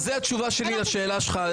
כמה שיותר --- אז זו התשובה שלי לשאלה שלך,